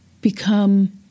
become